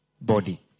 body